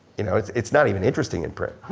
you know it's it's not even interesting in print.